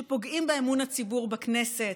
שפוגעים באמון הציבור בכנסת,